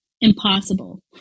impossible